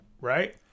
Right